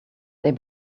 they